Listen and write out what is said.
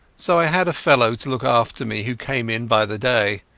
so i had a fellow to look after me who came in by the day.